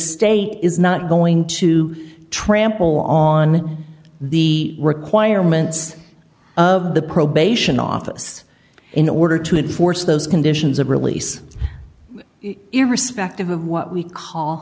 state is not going to trample on the requirements of the probation office in order to enforce those conditions of release irrespective of what we call